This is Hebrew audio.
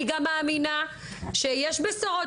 אני גם מאמינה שיש בשורות,